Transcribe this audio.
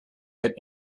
had